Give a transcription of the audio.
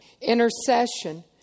Intercession